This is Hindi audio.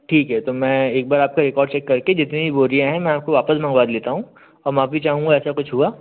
ठीक है तो मैं एक बार आपका रेकॉर्ड चेक करके जितनी भी बोरियाँ हैं मैं आपको वापस मँगवा लेता हूँ माफ़ी चाहूँगा ऐसा कुछ हुआ